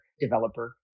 developer